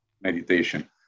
meditation